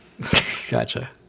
gotcha